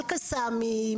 על קסאמים,